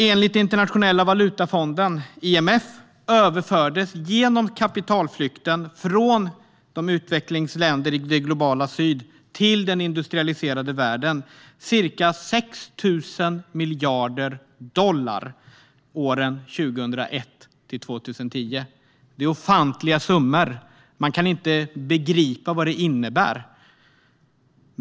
Enligt Internationella valutafonden, IMF, överfördes genom kapitalflykten från utvecklingsländer i det globala syd till den industrialiserade världen ca 6 000 miljarder dollar åren 2001-2010. Det är ofantliga summor. Man kan inte begripa vad de innebär.